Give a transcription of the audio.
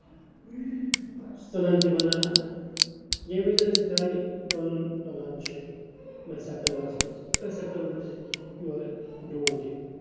ژٕنَن تہِ بَنان ییٚمہِ وِزیٚن أسۍ یہِ دانہِ لونان وونان چھِ یِہوے سپتمبرس منٛز أسۍ سپتمبرس منٛز یورٕ ڈوٗنۍ تہِ